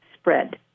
spread